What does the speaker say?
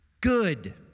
good